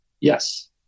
Yes